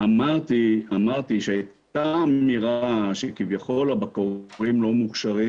אמרתי שהייתה אמירה שכביכול הבקרים לא מוכשרים